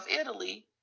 Italy